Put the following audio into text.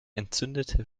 entzündete